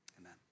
amen